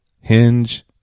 Hinge